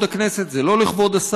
הבעת דעה, חבר הכנסת דב חנין.